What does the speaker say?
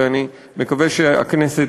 ואני מקווה שהכנסת